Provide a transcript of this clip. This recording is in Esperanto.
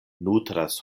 nutras